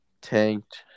tanked